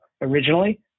originally